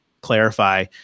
clarify